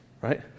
right